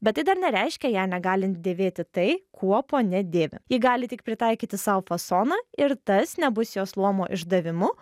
bet tai dar nereiškia ją negalint dėvėti tai kuo ponia dėvi ji gali tik pritaikyti sau fasoną ir tas nebus jos luomo išdavimu